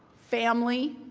family,